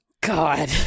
God